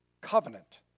Covenant